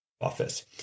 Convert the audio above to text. office